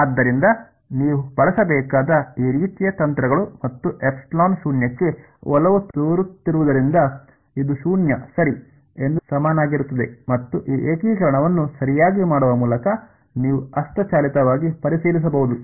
ಆದ್ದರಿಂದ ನೀವು ಬಳಸಬೇಕಾದ ಈ ರೀತಿಯ ತಂತ್ರಗಳು ಮತ್ತು ಎಪ್ಸಿಲಾನ್ ಶೂನ್ಯಕ್ಕೆ ಒಲವು ತೋರುತ್ತಿರುವುದರಿಂದ ಇದು ಶೂನ್ಯ ಸರಿ ಎಂದು ಸಮನಾಗಿರುತ್ತದೆ ಮತ್ತು ಈ ಏಕೀಕರಣವನ್ನು ಸರಿಯಾಗಿ ಮಾಡುವ ಮೂಲಕ ನೀವು ಹಸ್ತಚಾಲಿತವಾಗಿ ಪರಿಶೀಲಿಸಬಹುದು